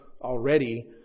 already